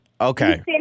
Okay